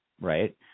right